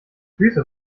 füße